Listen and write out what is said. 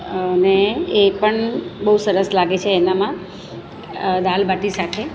અને એ પણ બહુ સરસ લાગે છે એનામાં દાલબાટી સાથે